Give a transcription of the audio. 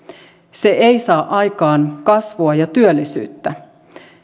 se ei saa aikaan kasvua ja työllisyyttä